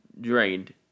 drained